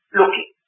looking